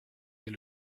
est